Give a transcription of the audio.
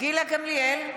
גילה גמליאל,